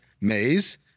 Maze